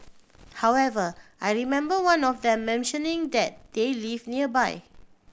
however I remember one of them mentioning that they live nearby